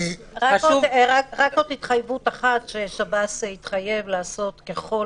עוד התחייבות אחת ששב"ס התחייב לעשות, ככל